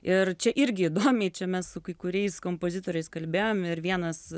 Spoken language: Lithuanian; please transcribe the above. ir čia irgi įdomiai čia mes su kai kuriais kompozitoriais kalbėjom ir vienas